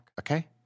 Okay